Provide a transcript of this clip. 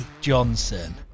Johnson